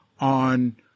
on